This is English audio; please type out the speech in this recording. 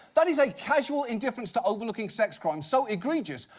that is a casual indifference to overlooking sex-crimes so egregious,